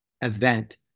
event